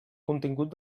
contingut